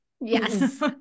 Yes